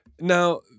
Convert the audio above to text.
now